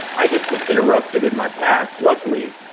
i just was interrupted in my path, luckily,